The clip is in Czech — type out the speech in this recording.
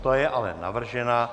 Ta je ale navržena.